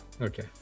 Okay